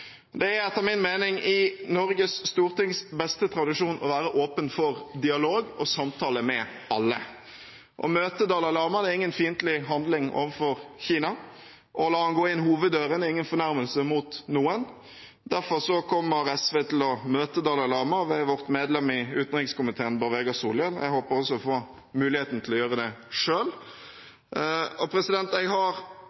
Det er etter min mening i Norges stortings beste tradisjon å være åpen for dialog og samtale med alle. Å møte Dalai Lama er ingen fiendtlig handling overfor Kina, å la han gå inn hoveddøren er ingen fornærmelse mot noen. Derfor kommer SV til å møte Dalai Lama ved vårt medlem i utenrikskomiteen, Bård Vegar Solhjell. Jeg håper også å få muligheten til å gjøre det